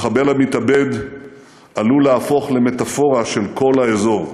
המחבל המתאבד עלול להפוך למטפורה של כל האזור.